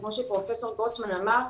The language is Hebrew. וכמו שפרופ' גרוסמן אמר,